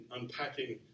unpacking